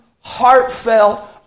heartfelt